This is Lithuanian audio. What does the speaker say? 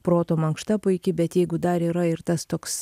proto mankšta puiki bet jeigu dar yra ir tas toks